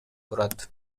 турат